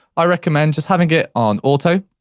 i recommend just having it on auto,